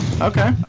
Okay